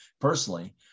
personally